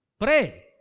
Pray